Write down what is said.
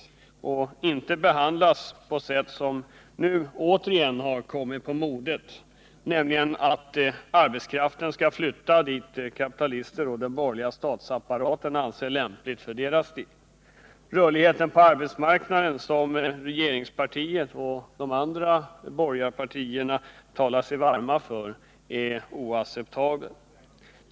Arbetskraften får inte behandlas på det sätt som återigen kommit på modet, nämligen så att den flyttas dit där kapitalisterna och den borgerliga statsapparaten anser det lämpligast för sin del. Rörligheten på arbetsmarknaden, som regeringspartiet och de andra borgerliga partierna talar sig varma för, är oacceptabel.